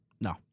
No